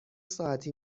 ساعتی